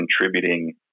contributing